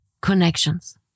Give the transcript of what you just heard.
connections